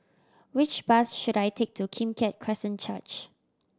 which bus should I take to Kim Keat Christian Church